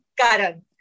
Karan